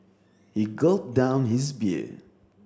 he gulped down his beer